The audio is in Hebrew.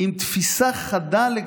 התפיסה שלי,